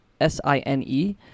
S-I-N-E